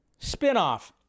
spinoff